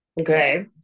Okay